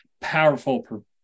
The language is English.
powerful